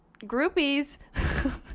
groupies